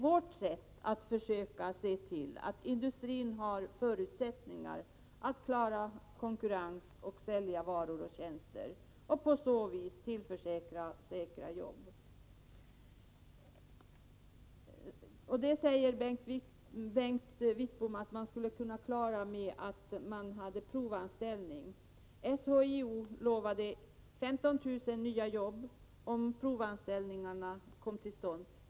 Vi har sett till att industrin har fått förutsättningar för att klara konkurrensen och sälja varor och tjänster samt på så sätt tillförsäkra människorna fasta jobb. Bengt Wittbom sade att man skulle kunna klara detta genom provanställningar. SHIO lovade 15 000 nya jobb, om provanställningar kom till stånd.